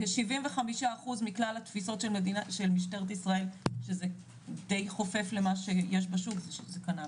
75% מכלל התפיסות של משטרת ישראל שזה דיי חופף למה שיש בשוק זה קנאביס.